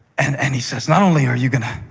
and and he says not only are you going to